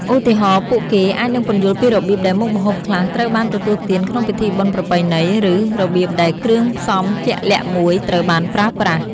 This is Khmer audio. ឧទាហរណ៍ ពួកគេអាចនឹងពន្យល់ពីរបៀបដែលមុខម្ហូបខ្លះត្រូវបានទទួលទានក្នុងពិធីបុណ្យប្រពៃណី ឬរបៀបដែលគ្រឿងផ្សំជាក់លាក់មួយត្រូវបានប្រើប្រាស់